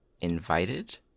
invited